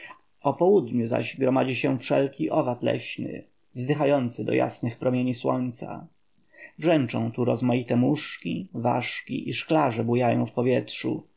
południu zaś gromadzi się wszelki owad leśny wzdychający do jasnych promieni światła brzęczą tu rozmaite muszki ważki i szklarze bujają w powietrzu